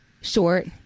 short